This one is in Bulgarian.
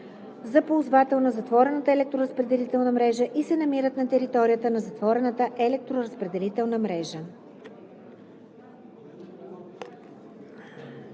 за ползвател на затворената електроразпределителна мрежа и се намират на територията на затворената електроразпределителна мрежа.